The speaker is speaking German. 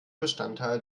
bestandteil